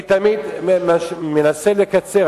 אני תמיד מנסה לקצר.